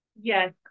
Yes